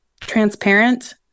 transparent